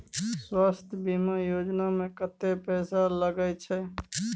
स्वास्थ बीमा योजना में कत्ते पैसा लगय छै?